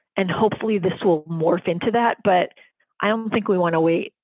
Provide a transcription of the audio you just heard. and hopefully this will morph into that. but i don't think we want to wait.